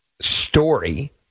story